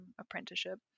apprenticeship